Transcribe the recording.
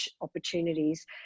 opportunities